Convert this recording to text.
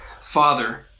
father